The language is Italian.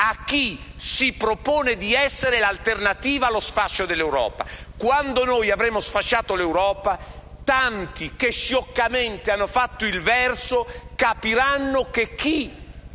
a chi si propone di essere l'alternativa allo sfascio dell'Europa. Quando avremo sfasciato l'Europa, tanti che scioccamente hanno fatto il verso capiranno che chi